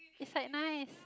it's like nice